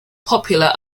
popular